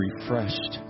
refreshed